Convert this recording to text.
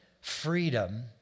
freedom